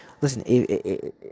Listen